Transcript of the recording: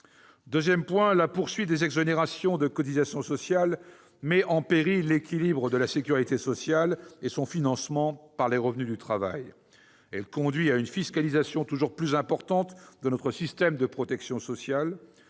Deuxième point, la poursuite des exonérations de cotisations sociales met en péril l'équilibre de la sécurité sociale et son financement par les revenus du travail. Elle conduit à une fiscalisation toujours plus importante de notre système de protection sociale.